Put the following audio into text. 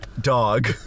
dog